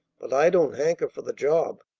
but i don't hanker for the job.